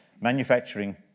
manufacturing